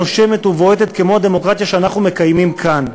נושמת ובועטת כמו הדמוקרטיה שאנחנו מקיימים כאן.